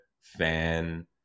fan